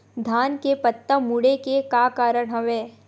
धान के पत्ता मुड़े के का कारण हवय?